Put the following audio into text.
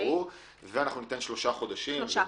ניתן שלושה חודשים.